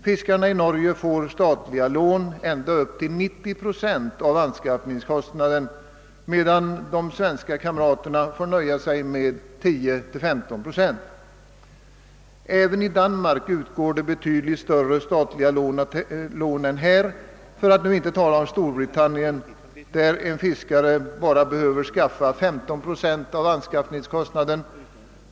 Fiskarna får i Norge statliga lån ända upp till 90 procent av anskaffningskostnaden medan de svenska kamraterna får nöja sig med 10—15 procent. även i Danmark lämnas betydligt större statliga lån än här för att nu inte tala om Storbritannien, där en fiskare bara behöver skaffa 15 procent av anskaffningskostnaden.